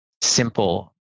simple